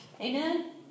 Amen